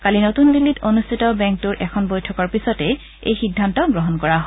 কালি নতুন দিল্লীত অনুষ্ঠিত বেংকটোৰ এখন বৈঠকৰ পিছতে এই সিদ্ধান্ত গ্ৰহণ কৰা হয়